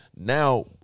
now